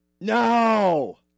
No